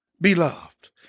beloved